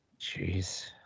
Jeez